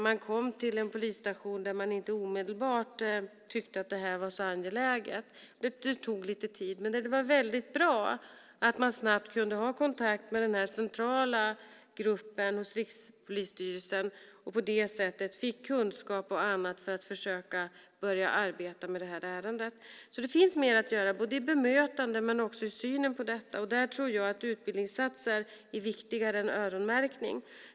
De kom till en polisstation där man inte omedelbart tyckte att det här var så angeläget, så det tog lite tid. Men det var väldigt bra att man snabbt kunde ha kontakt med den centrala gruppen hos Rikspolisstyrelsen och på det sättet få kunskap och annat för att försöka börja arbeta med ärendet. Det finns alltså mer att göra, både i bemötandet och i synen på detta, och där tror jag att utbildningsinsatser är viktigare än öronmärkning.